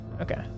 Okay